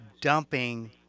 dumping